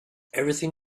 everything